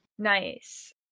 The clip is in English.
Nice